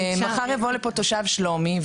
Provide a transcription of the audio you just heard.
מחר יבוא לפה תושב שלומי,